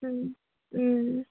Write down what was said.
ও ও